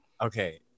Okay